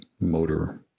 motor